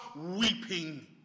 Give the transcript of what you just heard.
weeping